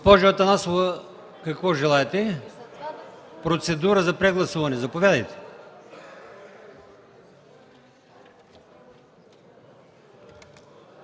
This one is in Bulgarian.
Госпожо Атанасова, какво желаете? Процедура за прегласуване – заповядайте.